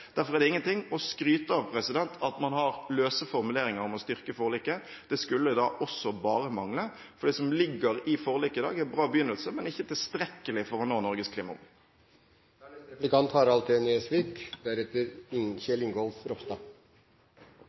Derfor er det ingenting å skryte av at man har løse formuleringer om å styrke forliket – det skulle da også bare mangle. Det som ligger i forliket i dag, er en bra begynnelse, men ikke tilstrekkelig for å nå Norges klimamål. Det forslaget som ligger på bordet her, er